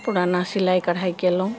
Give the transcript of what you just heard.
पुराना सिलाइ कढ़ाइ कयलहुँ